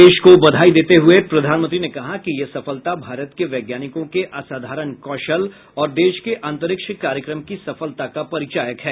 देश को बधाई देते हुए प्रधानमंत्री ने कहा कि यह सफलता भारत के वैज्ञानिकों के असाधारण कौशल और देश के अंतरिक्ष कार्यक्रम की सफलता का परिचायक है